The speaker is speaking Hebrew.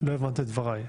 לא הבנת את דבריי.